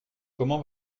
comment